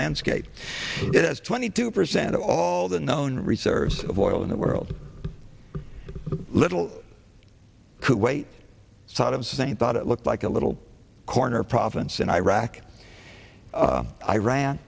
landscape it has twenty two percent of all the known reserves of oil in the world little kuwait saddam hussein thought it looked like a little corner province in iraq iran